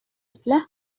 plaît